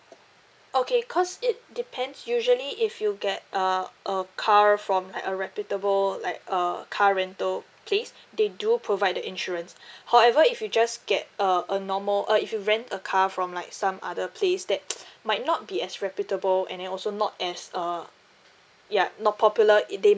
okay cause it depends usually if you get uh a car from like a reputable like uh car rental place they do provide the insurance however if you just get uh a normal uh if you rent a car from like some other place that might not be as reputable and then also not as uh ya not popular it they